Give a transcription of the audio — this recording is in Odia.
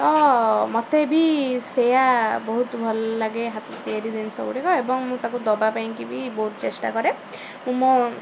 ତ ମୋତେ ବି ସେୟା ବହୁତ ଭଲ ଲାଗେ ହାତ ତିଆରି ଜିନିଷ ଗୁଡ଼ିକ ଏବଂ ମୁଁ ତାକୁ ଦବା ପାଇଁକି ବି ବହୁତ ଚେଷ୍ଟା କରେ ମୁଁ ମୋ